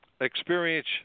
experience